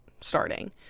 starting